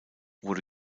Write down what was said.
wurde